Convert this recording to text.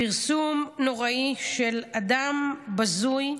פרסום נוראי, של אדם בזוי,